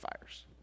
fires